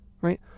right